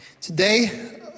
today